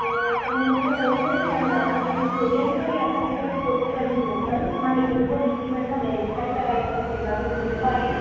ऐं हूअ मूंखे मोकिले छॾ या त मूंखे कुरियर कर या त मूंखे फ़ोटो कढी मोकिल मां हिक दफ़ो ॾिसी वठा वेरिफाई कराइ वठा जेका बि प्रूफ आहिनि